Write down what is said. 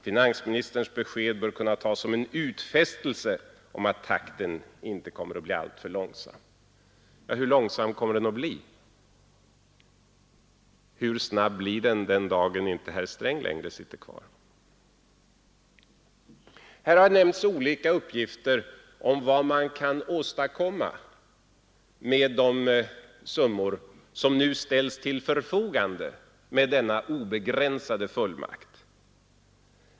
——— Finansministerns besked bör kunna tas som en utfästelse om att takten inte kommer att bli alltför långsam.” Men hur långsam kommer den att bli? Hur snabb blir takten den dag då herr Sträng inte längre sitter kvar? Här har lämnats olika uppgifter om vad man kan åstadkomma med de summor som nu ställs till förfogande med denna obegränsade fullmakt.